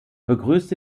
begrüßte